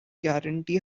guarantee